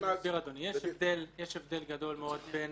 יש הבדל גדול מאוד בין